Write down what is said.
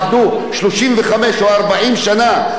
שעבדו באופן מסודר עם תלוש,